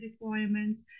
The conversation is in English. requirements